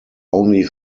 only